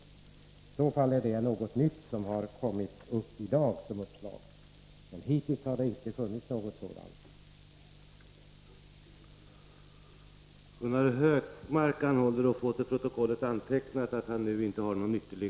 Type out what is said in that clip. I så fall är det något nytt som har kommit upp i dag som ett uppslag — hittills har det inte funnits något sådant förslag.